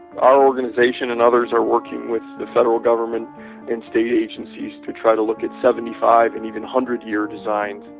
our organization and others are working with the federal government and state agencies to try to look at seventy five and even one hundred year designs.